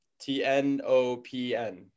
T-N-O-P-N